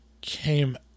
came